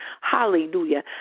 Hallelujah